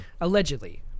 Allegedly